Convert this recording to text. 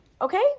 okay